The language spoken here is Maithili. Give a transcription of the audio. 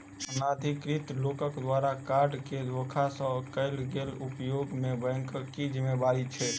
अनाधिकृत लोकक द्वारा कार्ड केँ धोखा सँ कैल गेल उपयोग मे बैंकक की जिम्मेवारी छैक?